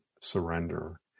surrender